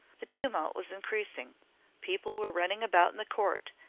the tumult was increasing people were running about in the court,